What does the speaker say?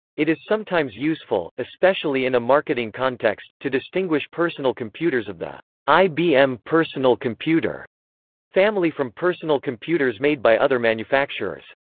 it is sometimes useful, especially in a marketing context, to distinguish personal computers of the ibm personal computer family from personal computers made by other manufacturers.